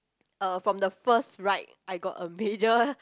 uh from the first ride I got a major